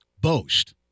boast